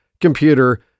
computer